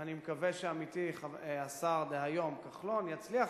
ואני מקווה שעמיתי השר דהיום כחלון יצליח